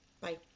Bye